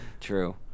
True